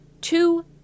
Two